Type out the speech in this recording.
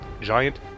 giant